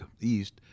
east